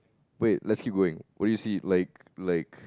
wait let's keep going what do you see like like